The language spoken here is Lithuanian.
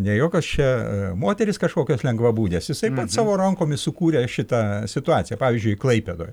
ne jokios čia moterys kažkokios lengvabūdės jisai pats savo rankomis sukūrė šitą situaciją pavyzdžiui klaipėdoj